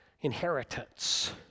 inheritance